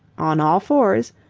on all fours,